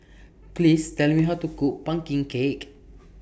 Please Tell Me How to Cook Pumpkin Cake